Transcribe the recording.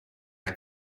der